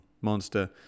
monster